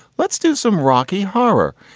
let's do some rocky horror.